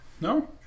No